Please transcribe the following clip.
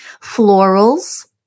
Florals